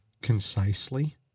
concisely